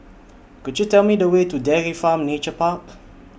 Could YOU Tell Me The Way to Dairy Farm Nature Park